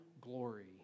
glory